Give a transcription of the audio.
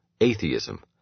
atheism